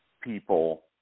people